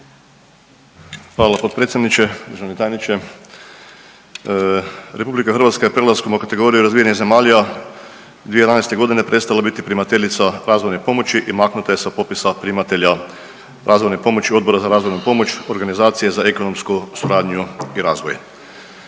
Hvala potpredsjedniče, državni tajniče. Republika Hrvatska je prelaskom u kategoriju razvijenih zemalja 2011. godine prestala biti primateljica razvojne pomoći i maknuta je sa popisa primatelja razvojne pomoći Odbora za razvojnu pomoć Organizacije za ekonomsku suradnju i razvoj.